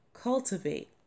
cultivate